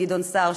גדעון סער,